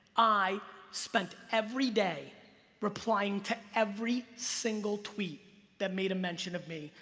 i spent every day replying to every single tweet that made a mention of me,